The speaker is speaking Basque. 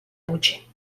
gutxi